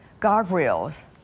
guardrails